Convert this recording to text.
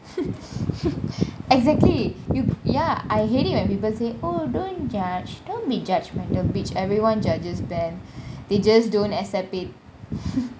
exactly you ya I hate it when people say oh don't judge don't make judgment don't bitch everyone judges but they just don't accept it